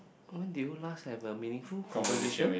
when did you last have a meaningful conversation